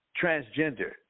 transgender